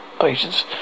patients